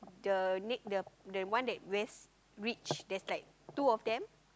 the next the one that wears rich there's like two of them